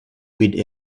with